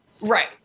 Right